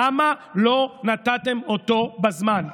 למה לא נתתם אותו בזמן?